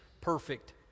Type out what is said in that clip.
perfect